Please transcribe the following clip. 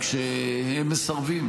רק שהם מסרבים.